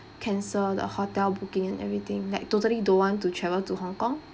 cancel the hotel booking and everything like totally don't want to travel to hong kong